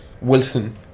Wilson